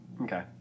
Okay